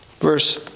Verse